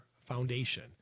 foundation